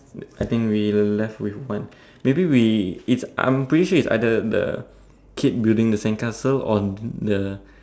I think we left with one maybe we it's I'm pretty sure it's either the kid building the sandcastle or the